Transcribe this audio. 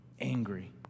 angry